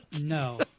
No